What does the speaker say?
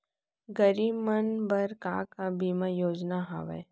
गरीब मन बर का का बीमा योजना हावे?